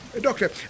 Doctor